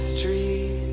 Street